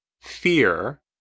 fear